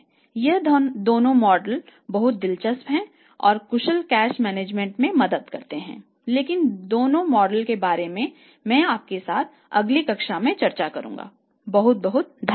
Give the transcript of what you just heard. ये दोनों मॉडल बहुत दिलचस्प हैं और कुशल कैश मैनेजमेंट में मदद करते हैं लेकिन दोनों मॉडल के बारे में मैं आपके साथ अगली कक्षा में चर्चा करूंगा बहुत बहुत धन्यवाद